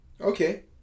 Okay